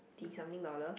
twenty something dollar